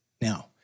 Now